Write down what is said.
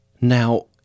Now